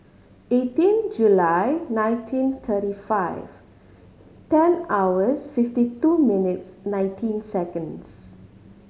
eighteen July nineteen thirty five ten hours fifty two minutes nineteen seconds